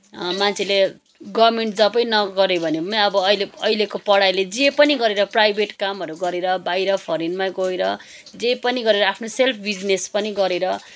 मान्छेले गभर्मेन्ट जबै नगरे पनि अब अहिले अहिलेको पढाइले जे पनि गरेर प्राइभेट कामहरू गरेर बाहिर फोरेनमा गएर जे पनि गरेर आफ्नो सेल्फ बिजनेस पनि गरेर